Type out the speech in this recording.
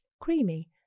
creamy